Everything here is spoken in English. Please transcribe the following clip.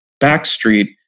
Backstreet